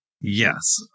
yes